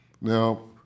Now